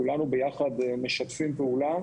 כולנו ביחד משתפים פעולה